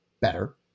better